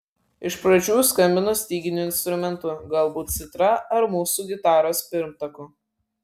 iš pradžių skambino styginiu instrumentu galbūt citra ar mūsų gitaros pirmtaku